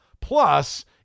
Plus